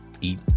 eat